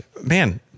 man